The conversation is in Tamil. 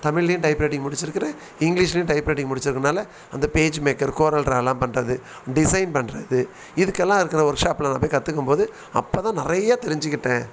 தமிழ்லேயும் டைப் ரைட்டிங் முடிச்சுருக்குறேன் இங்கிலீஷ்லேயும் டைப் ரைட்டிங் முடிச்சிருக்கனால் அந்த பேஜ் மேக்கர் கோரல் ட்ராவெலாம் பண்ணுறது டிசைன் பண்ணுறது இதுக்கெல்லாம் இருக்கிற ஒர்க் ஷாப்பில் நான் போய் கற்றுக்கும்போது அப்போ தான் நிறைய தெரிஞ்சுக்கிட்டேன்